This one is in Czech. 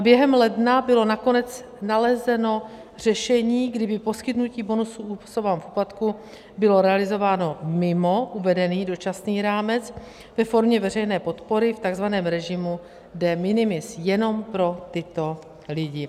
Během ledna bylo nakonec nalezeno řešení, kdy by poskytnutí bonusu osobám v úpadku bylo realizováno mimo uvedený dočasný rámec ve formě veřejné podpory v takzvaném režimu de minimis jenom pro tyto lidi.